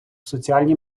соціальні